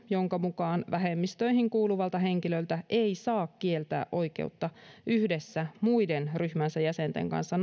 jonka mukaan vähemmistöihin kuuluvalta henkilöltä ei saa kieltää oikeutta nauttia omasta kulttuuristaan yhdessä muiden ryhmänsä jäsenten kanssa